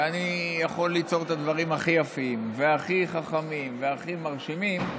ואני יכול ליצור את הדברים הכי יפים והכי חכמים והכי מרשימים,